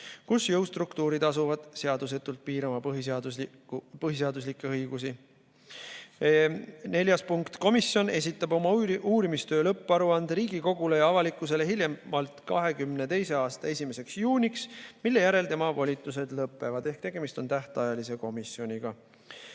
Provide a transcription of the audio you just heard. kus jõustruktuurid asuvad seadusetult piirama põhiseaduslikke õigusi."Neljas punkt: "Komisjon esitab oma uurimistöö lõpparuande Riigikogule ja avalikkusele hiljemalt 2022. aasta 1. juuniks, mille järel tema volitused lõpevad." Ehk tegemist on tähtajalise komisjoniga.